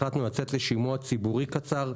החלטנו לצאת לשימוע ציבורי קצר.